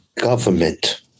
government